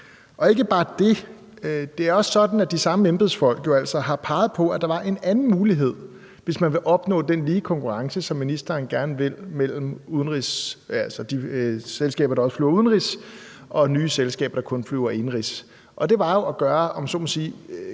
er ikke bare det. Det er også sådan, at samme embedsfolk altså har peget på, at der var en anden mulighed, hvis man vil opnå den lige konkurrence, som ministeren gerne vil, mellem de selskaber, der også flyver udenrigs, og nye selskaber, der kun flyver indenrigs. Og det var jo, om jeg så sige,